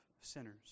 sinners